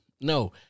No